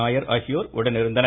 நாயர் ஆகியோர் உடனிருந்தனர்